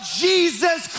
Jesus